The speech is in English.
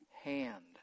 hand